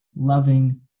Loving